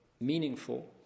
meaningful